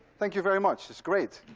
thank you very much. it's great.